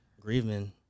grieving